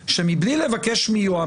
דעתי שלפני בחירות --- זה מחליף אריה טורף